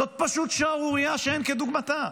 זאת פשוט שערורייה שאין כדוגמתה.